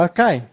Okay